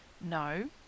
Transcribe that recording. No